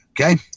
Okay